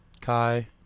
Kai